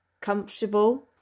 comfortable